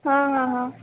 हां हां हां